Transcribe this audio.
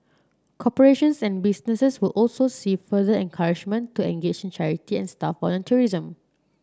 corporations and businesses will also see further encouragement to engage in charity and staff volunteerism